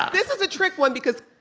ah this was a trick one because,